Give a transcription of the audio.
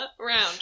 round